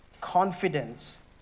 confidence